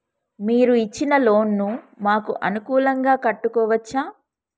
మీరు ఇచ్చిన లోన్ ను మాకు అనుకూలంగా కట్టుకోవచ్చా?